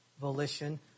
volition